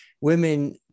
women